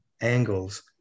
angles